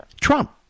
Trump